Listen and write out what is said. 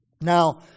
Now